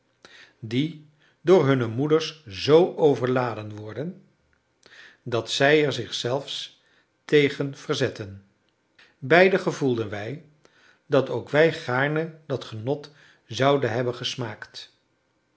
die door hunne moeders z overladen worden dat zij er zich zelfs tegen verzetten beiden gevoelden wij dat ook wij gaarne dat genot zouden hebben gesmaakt